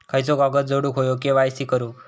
खयचो कागद जोडुक होयो के.वाय.सी करूक?